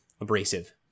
abrasive